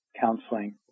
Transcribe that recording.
counseling